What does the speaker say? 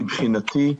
מבחינתי,